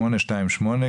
828,